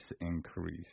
increase